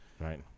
Right